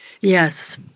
Yes